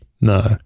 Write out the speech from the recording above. No